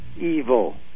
evil